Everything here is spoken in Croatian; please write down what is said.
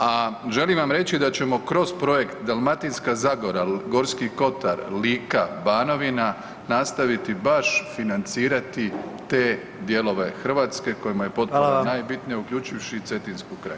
A želim vam reći da ćemo kroz projekt Dalmatinska zagora-Gorski-Kotar-Lika-Banovina nastojati baš financirati te dijelove Hrvatske kojima je potpora najbitnija uključivši i Cetinsku krajinu.